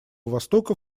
востока